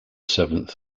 seventh